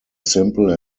simple